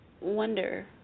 wonder